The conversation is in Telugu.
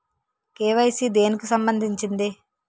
కే.వై.సీ దేనికి సంబందించింది?